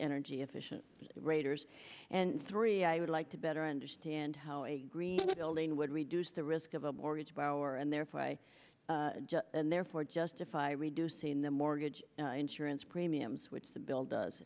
energy efficient raters and three i would like to better understand how a green building would reduce the risk of a mortgage borrower and therefore i therefore justify reducing the mortgage insurance premiums which the bill does